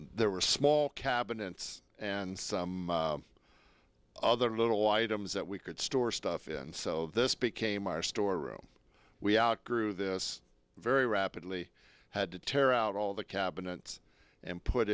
there were small cabinets and some other little items that we could store stuff in so this became our store room we outgrew this very rapidly had to tear out all the cabinets and put